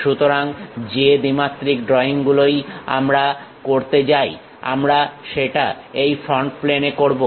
সুতরাং যে দ্বিমাত্রিক ড্রয়িং গুলোই আমরা করতে যাই আমরা সেটা এই ফ্রন্ট প্লেনে করবো